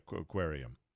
Aquarium